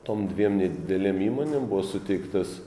tom dviem nedidelėm įmonėm buvo suteiktas